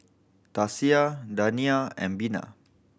Tasia and Bena